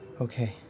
Okay